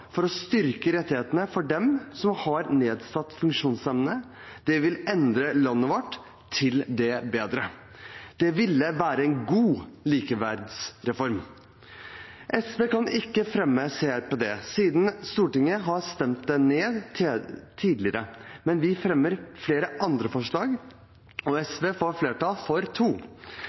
for å styrke rettighetene for dem som har nedsatt funksjonsevne. Det vil endre landet vårt til det bedre. Det ville vært en god likeverdsreform! SV kan ikke fremme CRPD siden Stortinget har stemt det ned tidligere, men vi fremmer flere andre forslag, og SV får flertall for to.